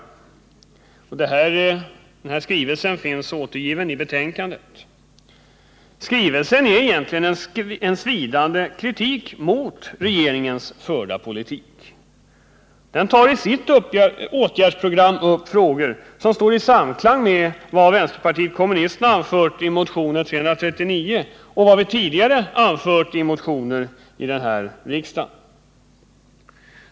Detta finns återgivet i betänkandet. Skrivelsen är egentligen en svidande kritik mot regeringens förda politik. Den tar i sitt åtgärdsprogram upp frågor som står i samklang med vad vänsterpartiet kommunisterna anför i motionen 339 och vad vi tidigare har anfört i motioner till den här riksdagen.